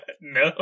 No